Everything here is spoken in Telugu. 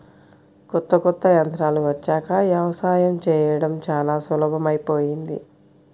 కొత్త కొత్త యంత్రాలు వచ్చాక యవసాయం చేయడం చానా సులభమైపొయ్యింది